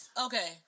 okay